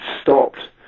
stopped